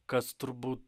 kas turbūt